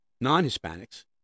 non-Hispanics